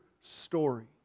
story